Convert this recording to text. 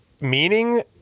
meaning